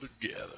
together